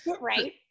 right